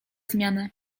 zmianę